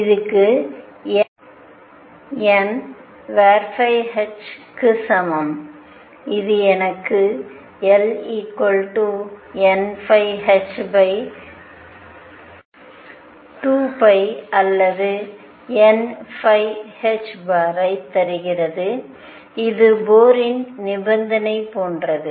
இதுக்கு nh சமம் இது எனக்கு L nϕh2π அல்லது n ஐ தருகிறது இது போரின்Bohr's நிபந்தனை போன்றது